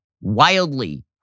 wildly